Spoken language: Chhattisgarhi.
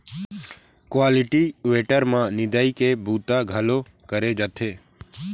कल्टीवेटर म निंदई के बूता घलोक करे जाथे